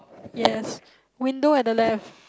yes window at the left